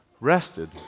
rested